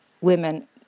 women